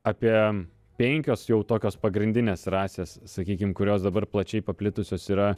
apie penkios jau tokios pagrindinės rasės sakykim kurios dabar plačiai paplitusios yra